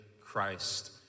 Christ